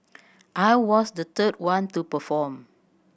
I was the third one to perform